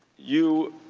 you